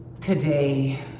today